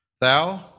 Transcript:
Thou